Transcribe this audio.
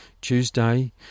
Tuesday